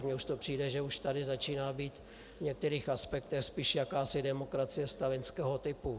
Mně už to přijde, že už tady začíná být v některých aspektech spíš jakási demokracie stalinského typu.